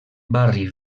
barri